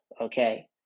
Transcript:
okay